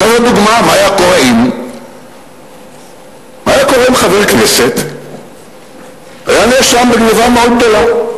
נתת דוגמה: מה היה קורה אם חבר כנסת היה נאשם בגנבה מאוד גדולה,